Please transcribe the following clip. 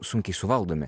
sunkiai suvaldomi